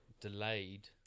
delayed